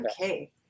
okay